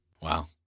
Wow